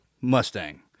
Mustang